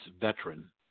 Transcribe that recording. veteran